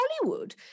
Hollywood